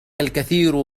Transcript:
الكثير